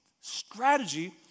strategy